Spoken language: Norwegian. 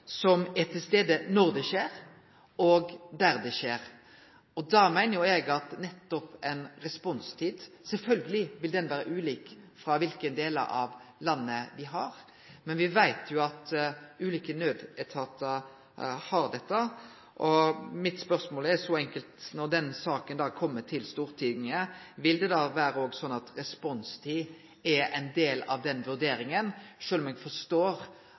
som er til stades når det skjer, og der det skjer. Eg meiner at responstida sjølvsagt vil vere ulik i ulike delar av landet, men me veit at ulike nødetatar har dette. Mitt spørsmål er derfor så enkelt, sjølv om eg forstår at regjeringa ikkje har konkludert enno: Når denne saka kjem til Stortinget, vil responstid for politiet vere ein del av vurderinga? Jeg må innrømme at det er